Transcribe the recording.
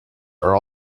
are